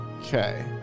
Okay